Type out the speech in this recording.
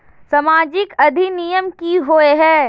सामाजिक अधिनियम की होय है?